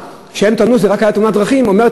שכשהם טענו שזאת הייתה רק תאונת דרכים אמרה